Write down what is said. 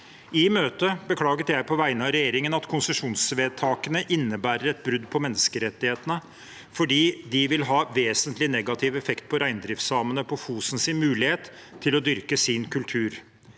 I møtet beklaget jeg på vegne av regjeringen at konsesjonsvedtakene innebærer et brudd på menneskerettighetene, fordi de vil ha vesentlig negativ effekt på reindriftssamene på Fosen sin mulighet til å dyrke sin kultur.